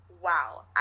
Wow